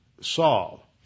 Saul